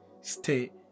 stay